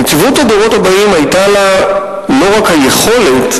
נציבות הדורות הבאים היתה לה לא רק היכולת,